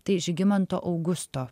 tai žygimanto augusto